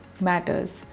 matters